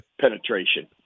penetration